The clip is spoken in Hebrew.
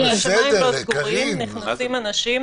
השמיים לא סגורים, נכנסים אנשים.